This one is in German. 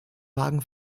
wagen